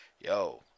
yo